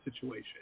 situation